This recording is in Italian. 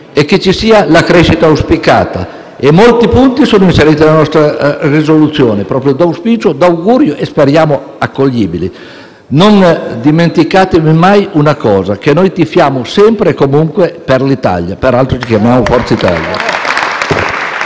e che ci sia la crescita auspicata. Nella nostra risoluzione sono inseriti molti punti, d'auspicio, d'augurio, e speriamo accoglibili. Non dimenticatevi mai una cosa: che noi tifiamo, sempre e comunque per l'Italia. Peraltro ci chiamiamo Forza Italia.